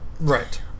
Right